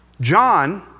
John